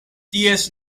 ties